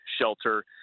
shelter